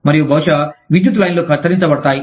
మరియు బహుశా విద్యుత్ లైన్లు కత్తిరించబడతాయి